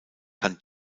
kann